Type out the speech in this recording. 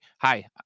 hi